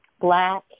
black